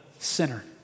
sinner